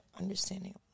understanding